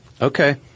okay